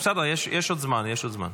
בסדר, יש עוד זמן, יש עוד זמן.